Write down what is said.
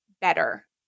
better